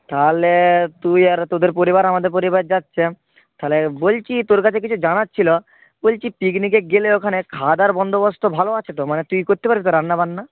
তাহলে তুই আর তোদের পরিবার আমাদের পরিবার যাচ্ছে তাহলে বলছি তোর কাছে কিছু জানার ছিল বলছি পিকনিকে গেলে ওখানে খাওয়া দাওয়ার বন্দোবস্ত ভালো আছে তো মানে তুই করতে পারবি তো রান্না বান্না